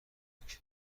نکته